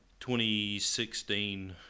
2016